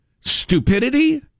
stupidity